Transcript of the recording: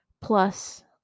plus